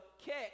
kick